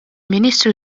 ministru